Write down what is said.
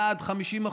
יעד 50%,